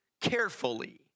carefully